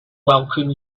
welcome